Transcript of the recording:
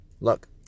look